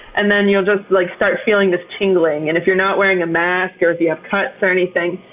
and then you'll just like start feeling this tingling. and if you're not wearing a mask or if you have cuts or anything,